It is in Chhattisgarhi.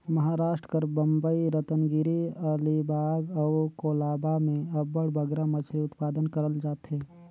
महारास्ट कर बंबई, रतनगिरी, अलीबाग अउ कोलाबा में अब्बड़ बगरा मछरी उत्पादन करल जाथे